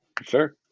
Sure